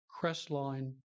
Crestline